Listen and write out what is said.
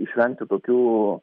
išvengti tokių